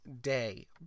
day